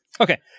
Okay